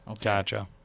Gotcha